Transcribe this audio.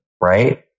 right